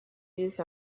used